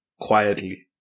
quietly